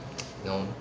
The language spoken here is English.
you know